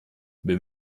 wir